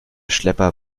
schlepper